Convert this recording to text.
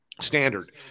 standard